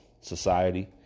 society